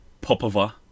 Popova